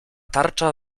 tarcza